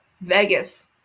Vegas